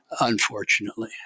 unfortunately